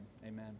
amen